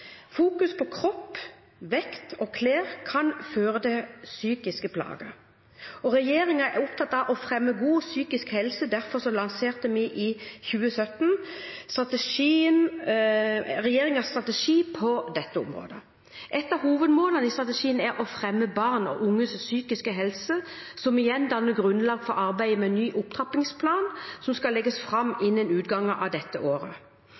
Fokus på kropp, vekt og klær kan føre til psykiske plager, og regjeringen er opptatt av å fremme god psykisk helse. Derfor lanserte vi i 2017 regjeringens strategi på dette området. Ett av hovedmålene i strategien er å fremme barn og unges psykiske helse, som igjen danner grunnlaget for arbeidet med en ny opptrappingsplan som skal legges fram innen utgangen av dette året.